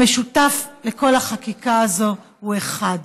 המשותף לכל החקיקה הזאת הוא אחד: